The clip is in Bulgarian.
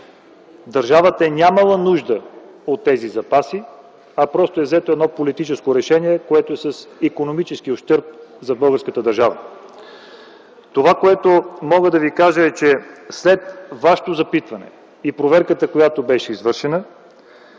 Държавата е нямала нужда от тези запаси, а просто е взето едно политическо решение, което е с икономически ущърб за българската държава. Това, което мога да Ви кажа – след Вашето запитване и проверката, която беше извършена,